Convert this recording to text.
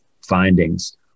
findings